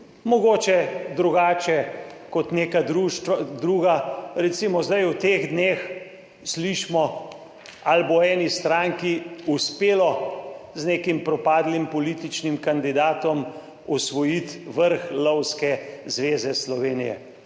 mogoče drugače, kot neka društva druga. Recimo zdaj v teh dneh slišimo, ali bo eni stranki uspelo z nekim propadlim političnim kandidatom osvojiti vrh Lovske zveze Slovenije,